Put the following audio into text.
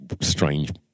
strange